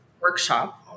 workshop